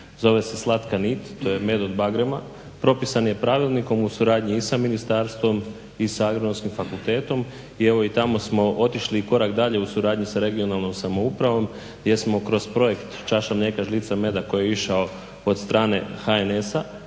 zove se Slatka nit, to je med od bagrema. Propisan je pravilnikom u suradnji i sa ministarstvom i sa Agronomskim fakultetom i evo i tamo smo otišli korak dalje u suradnji sa regionalnom samoupravom gdje smo kroz projekt Čaša mlijeka, žlica meda koji je išao od strane HNS-a